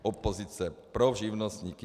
Opozice, pro živnostníky.